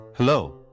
Hello